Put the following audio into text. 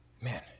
man